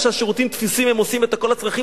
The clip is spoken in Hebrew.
וכשהשירותים תפוסים הם עושים את כל הצרכים